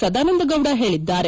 ಸದಾನಂದಗೌಡ ಹೇಳಿದ್ದಾರೆ